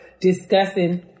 discussing